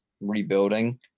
rebuilding –